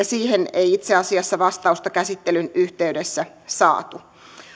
siihen ei itse asiassa vastausta käsittelyn yhteydessä saatu